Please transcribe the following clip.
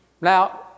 Now